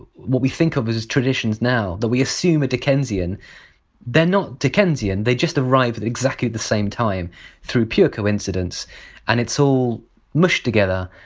what we think of as as traditions now, that we assume are dickensian they're not dickensian. they just arrive at exactly the same time through pure coincidence and it's all mushed together,